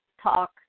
talk